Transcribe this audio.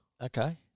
Okay